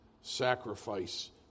sacrifice